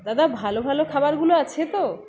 দাদা ভালো ভালো খাবারগুলো আছে তো